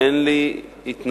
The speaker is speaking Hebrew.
אין לי התנגדות,